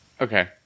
Okay